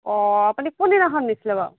অঁ আপুনি কোনদিনাখন নিচিলে বাৰু